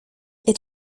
est